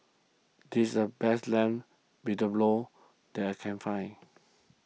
this the best Lamb Vindaloo that I can find